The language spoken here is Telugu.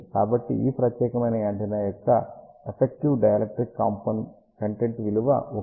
కాబట్టి ఈ ప్రత్యేకమైన యాంటెన్నా యొక్క ఎఫెక్టివ్ డైఎలక్ట్రిక్ కాన్టెంట్ విలువ 1